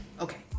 Okay